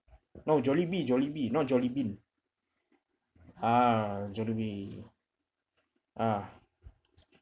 no jollibee jollibee not jolly bean ah jollibee ah